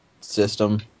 system